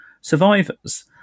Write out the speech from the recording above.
survivors